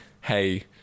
hey